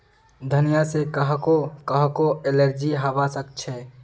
धनिया से काहको काहको एलर्जी हावा सकअछे